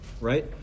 right